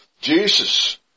Jesus